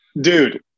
Dude